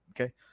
okay